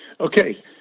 okay